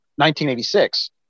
1986